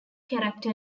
character